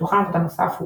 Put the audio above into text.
שולחן עבודה נוסף הוא